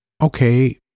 Okay